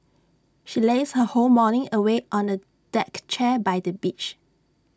she lazed her whole morning away on A deck chair by the beach